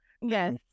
Yes